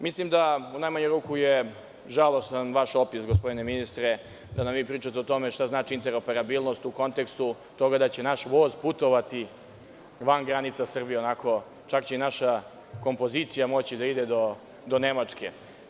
Mislim da je u najmanju ruku žalostan vaš opis, gospodine ministre, da nam vi pričate o tome šta znači interoperabilnost u kontekstu toga da će naš voz putovati van granica Srbije, čak će i naša kompozicija moći da ide do Nemačke.